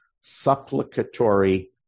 supplicatory